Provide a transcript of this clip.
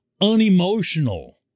unemotional